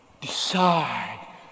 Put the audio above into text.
decide